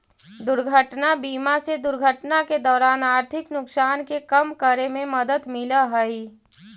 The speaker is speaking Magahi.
दुर्घटना बीमा से दुर्घटना के दौरान आर्थिक नुकसान के कम करे में मदद मिलऽ हई